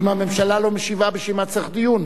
אם הממשלה לא משיבה, בשביל מה צריך דיון?